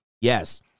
yes